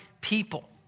people